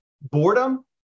boredom